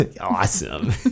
awesome